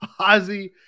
Ozzy